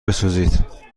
بسوزید